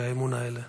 האי-אמון האלה.